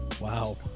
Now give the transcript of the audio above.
Wow